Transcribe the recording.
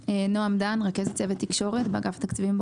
רכזת צוות תקשורת, אגף התקציבים.